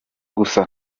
gusa